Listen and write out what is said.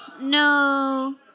No